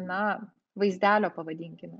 na vaizdelio pavadinkime